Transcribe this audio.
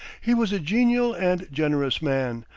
he was a genial and generous man,